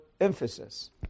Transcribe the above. emphasis